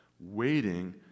Waiting